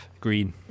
Green